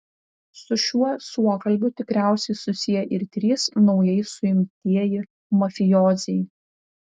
su šiuo suokalbiu tikriausiai susiję ir trys naujai suimtieji mafijoziai